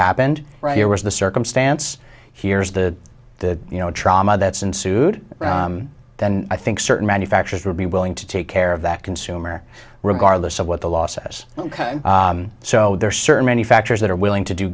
happened here was the circumstance here's the the you know trauma that's ensued then i think certain manufactures would be willing to take care of that consumer regardless of what the law says ok so there are certain manufacturers that are willing to do